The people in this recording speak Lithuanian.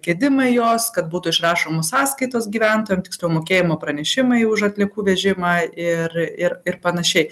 gedimai jos kad būtų išrašomos sąskaitos gyventojam tiksliau mokėjimo pranešimai už atliekų vežimą ir ir ir panašiai